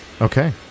Okay